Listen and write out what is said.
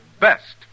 best